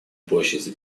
площади